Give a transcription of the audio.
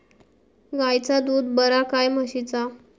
गायचा दूध बरा काय म्हशीचा?